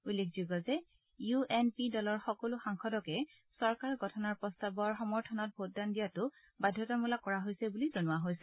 উল্লেখযোগ্য যে U N P দলৰ সকলো সাংসদকে চৰকাৰ গঠনৰ প্ৰস্তাৱৰ সমৰ্থনত ভোটদান দিয়াটো বাধ্যতামূলক কৰা হৈছে বুলি জনোৱা হৈছে